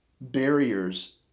barriers